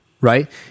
right